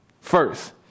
first